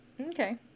okay